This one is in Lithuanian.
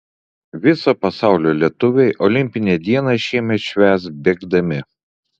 viso pasaulio lietuviai olimpinę dieną šiemet švęs bėgdami